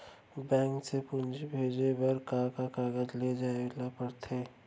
Bank से पूंजी भेजे बर का का कागज ले जाये ल पड़थे?